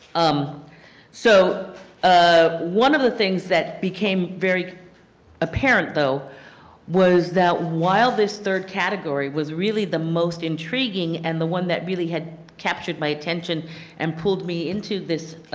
um so ah one of the things that became very apparent though was that while this third category was really the most intriguing and the one that really had captured my attention and pulled me into this